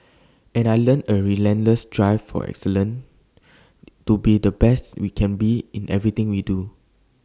and I learnt A relentless drive for excellence to be the best we can be in everything we do